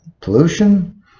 Pollution